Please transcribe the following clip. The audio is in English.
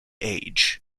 age